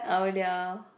oh really ah